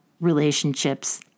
relationships